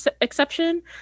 exception